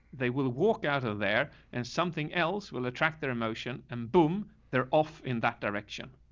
they will walk out of there and something else will attract their emotion and boom. they're off in that direction.